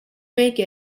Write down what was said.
make